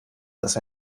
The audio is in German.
dass